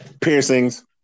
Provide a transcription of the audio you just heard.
piercings